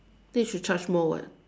then you should charge more [what]